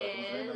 אתם מוזמנים,